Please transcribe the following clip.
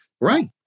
right